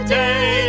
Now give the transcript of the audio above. day